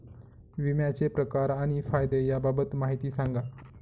विम्याचे प्रकार आणि फायदे याबाबत माहिती सांगा